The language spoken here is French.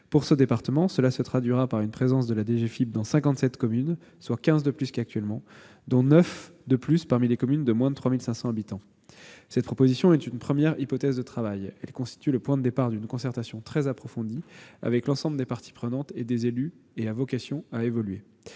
la Seine-Maritime. Cela se traduira par une présence de la DGFiP dans 57 des communes de ce département, soit 15 de plus qu'actuellement, dont 9 parmi les communes de moins de 3 500 habitants. Cette proposition est une première hypothèse de travail ; elle constitue le point de départ d'une concertation très approfondie avec l'ensemble des parties prenantes et des élus et a vocation à évoluer.